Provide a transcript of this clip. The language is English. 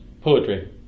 Poetry